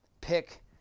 pick